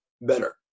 better